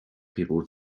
people